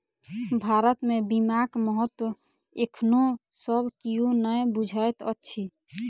भारत मे बीमाक महत्व एखनो सब कियो नै बुझैत अछि